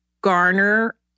garner